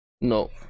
No